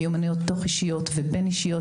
מיומנויות תוך אישיות ובין-אישיות,